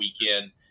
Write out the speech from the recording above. weekend